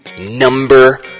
Number